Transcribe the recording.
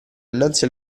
innanzi